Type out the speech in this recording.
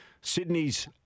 Sydney's